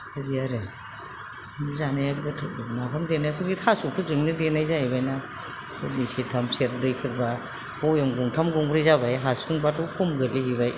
बिदि आरो जों जानाया गोथाव नाफाम देनायखौ बे थास'फोरजोंनो देनाय जाहैबाय ना सेरनै सेरथाम सेरब्रैफोरबा बयेम गंथाम गंब्रै जाबाय हासुंब्लाथ' खम गोग्लैहैबाय